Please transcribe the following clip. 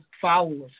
followers